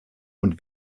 und